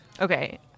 Okay